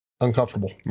uncomfortable